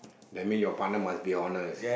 that mean your partner must be honest